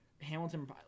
Hamilton